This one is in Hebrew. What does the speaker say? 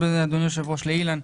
שאלה קצרה אדוני היושב-ראש לאילן.